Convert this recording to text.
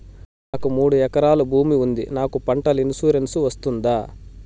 నాకు మూడు ఎకరాలు భూమి ఉంది నాకు పంటల ఇన్సూరెన్సు వస్తుందా?